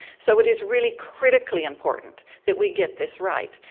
so but it's really critically important that we get this right,